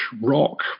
rock